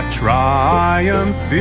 triumph